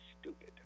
stupid